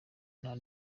nta